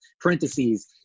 parentheses